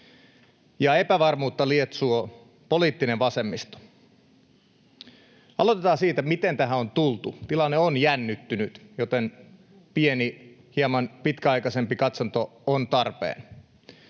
ja epävarmuutta lietsoo poliittinen vasemmisto. Aloitetaan siitä, miten tähän on tultu; tilanne on jännittynyt, joten pieni, hieman pitkäaikaisempi katsanto on tarpeen.